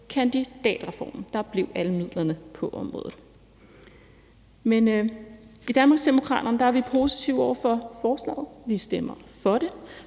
kandidatreformen. Der blev alle midlerne på området. Men i Danmarksdemokraterne er vi positive over for forslaget. Vi stemmer for det,